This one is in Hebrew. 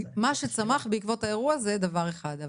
מה שצמח בעקבות האירוע זה דבר אחד אבל